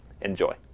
Enjoy